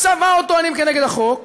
עכשיו, מה עוד טוענים כנגד החוק?